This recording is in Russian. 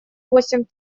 восемь